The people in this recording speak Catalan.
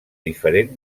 diferent